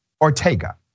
Ortega